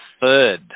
third